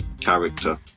character